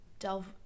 delve